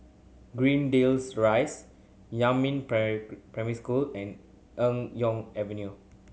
Greendale Rise Yumin Primary School and Eng Yeo Avenue